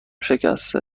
شکسته